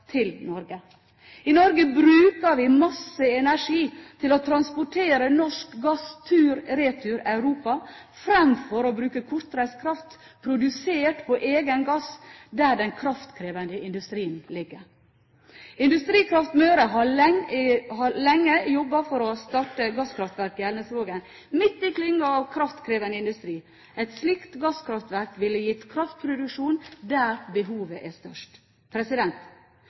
til Norge. I Norge bruker vi masse energi til å transportere norsk gass tur–retur Europa, fremfor å bruke kortreist kraft produsert på egen gass der den kraftkrevende industrien ligger. Industrikraft Møre har lenge jobbet for å starte gasskraftverk i Elnesvågen, midt i klyngen av kraftkrevende industri. Et slikt gasskraftverk ville gitt kraftproduksjon der behovet er størst.